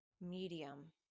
medium